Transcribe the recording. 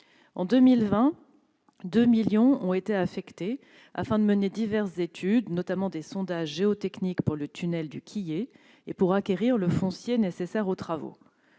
En 2020, 2 millions d'euros ont été affectés afin de mener diverses études, notamment des sondages géotechniques pour le tunnel de Quié et pour acquérir le foncier nécessaire aux travaux.